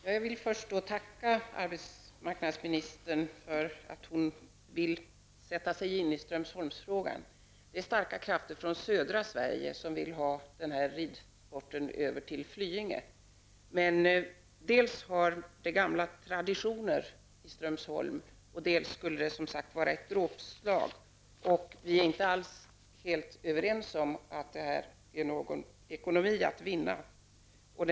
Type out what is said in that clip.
Herr talman! Jag vill först tacka arbetsmarknadsministern för att hon vill sätta sig in i frågan om Strömsholm. Starka krafter i södra Sverige vill att denna ridsport skall flyttas över till Flyinge. Dels finns det gamla traditioner i Strömsholm, dels skulle det vara ett dråpslag. Dessutom är vi inte alls helt överens om att man kan vinna något ekonomiskt på detta.